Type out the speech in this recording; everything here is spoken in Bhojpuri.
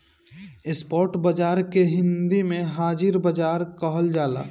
स्पॉट बाजार के हिंदी में हाजिर बाजार कहल जाला